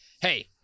hey